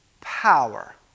power